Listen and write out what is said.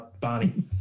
Barney